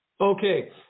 Okay